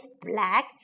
black